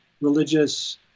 religious